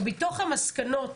מתוך המסקנות